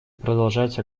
продолжать